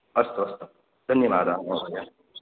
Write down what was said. अस्तु अस्तु धन्यवादाः महोदय